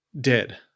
dead